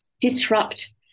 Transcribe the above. disrupt